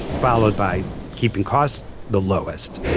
followed by keeping costs the lowest.